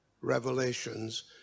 revelations